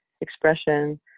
expression